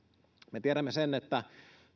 me tiedämme sen että